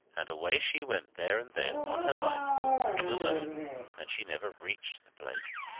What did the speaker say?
and away she went there and then, on her bicycle, and alone and she never reached the place!